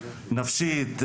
נפשית,